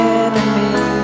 enemy